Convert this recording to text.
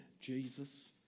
Jesus